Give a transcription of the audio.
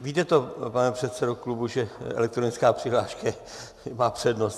Víte to, pane předsedo klubu, že elektronická přihláška má přednost?